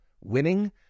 winning